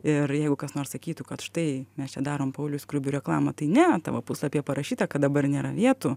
ir jeigu kas nors sakytų kad štai mes čia darom pauliui skruibiui reklamą tai ne tavo puslapyje parašyta kad dabar nėra vietų